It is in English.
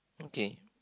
okay